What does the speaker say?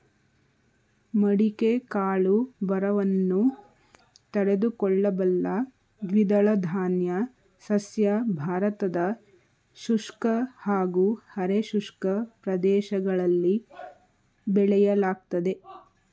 ಮಡಿಕೆ ಕಾಳು ಬರವನ್ನು ತಡೆದುಕೊಳ್ಳಬಲ್ಲ ದ್ವಿದಳಧಾನ್ಯ ಸಸ್ಯ ಭಾರತದ ಶುಷ್ಕ ಹಾಗೂ ಅರೆ ಶುಷ್ಕ ಪ್ರದೇಶಗಳಲ್ಲಿ ಬೆಳೆಯಲಾಗ್ತದೆ